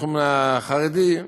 בתחום החרדי,